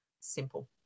simple